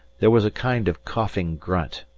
there was a kind of coughing grunt,